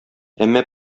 әмма